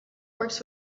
works